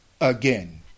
again